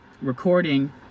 recording